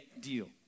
deal